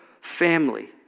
family